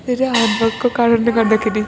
धेरै हार्डवर्कको कारणले गर्दाखेरि